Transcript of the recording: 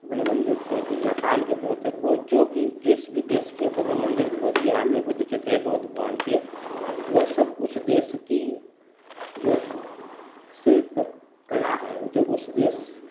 बने मन्दिर थे कुछ जापान के बने थे वह जो भी जिस भी देश के बने मन्दिर बोधगया में बुद्ध के थे बुद्ध भगवान के वह सब उस देश की जो शिल्प कला है जो उस देश